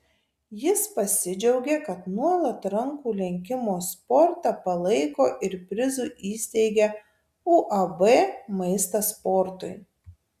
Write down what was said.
jis pasidžiaugė kad nuolat rankų lenkimo sportą palaiko ir prizų įsteigia uab maistas sportui